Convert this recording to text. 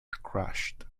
crashed